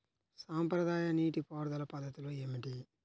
సాంప్రదాయ నీటి పారుదల పద్ధతులు ఏమిటి?